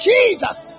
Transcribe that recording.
Jesus